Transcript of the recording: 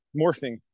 morphing